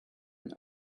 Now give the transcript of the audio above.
and